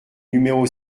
numéro